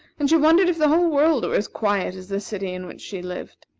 and she wondered if the whole world were as quiet as the city in which she lived.